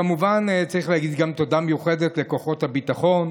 כמובן, צריך להגיד גם תודה מיוחדת לכוחות הביטחון,